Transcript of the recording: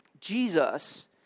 Jesus